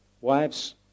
Wives